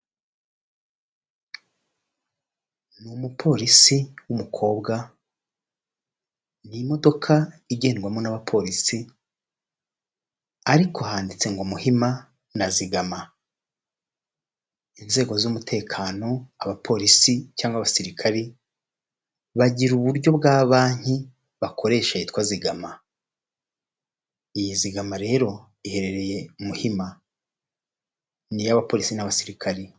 Ni umupolisi w'umukobwa, ni imodoka igendwamo n'abapolisi ariko handitse ngo Muhima na zigama, inzego z'umutekano abapolisi cyangwa abasirikari bagira uburyo bwa banki bakoresha yitwa zigama. Iyi zigama rero iherereye Muhima ni iy'abapolisi n'abasirikari.